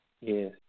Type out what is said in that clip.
Yes